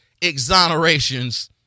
exonerations